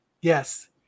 Yes